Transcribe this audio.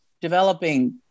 developing